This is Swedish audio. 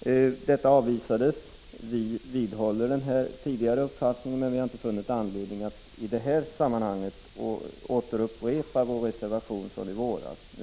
Detta förslag avvisades. Vi vidhåller vår tidigare uppfattning, men har inte funnit anledning att i detta sammanhang återupprepa vår reservation från i våras.